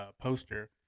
poster